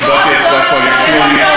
הצבעתי הצבעה קואליציונית.